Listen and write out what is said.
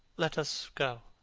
let us go,